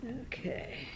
Okay